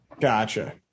Gotcha